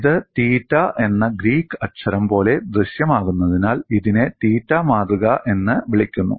ഇത് തീറ്റ എന്ന ഗ്രീക്ക് അക്ഷരം പോലെ ദൃശ്യമാകുന്നതിനാൽ ഇതിനെ തീറ്റ മാതൃക എന്ന് വിളിക്കുന്നു